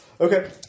Okay